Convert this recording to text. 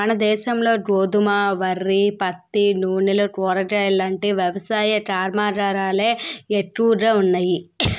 మనదేశంలో గోధుమ, వరి, పత్తి, నూనెలు, కూరగాయలాంటి వ్యవసాయ కర్మాగారాలే ఎక్కువగా ఉన్నాయి